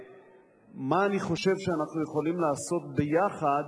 מה אני חושב שאנחנו יכולים לעשות יחד